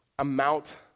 amount